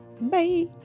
Bye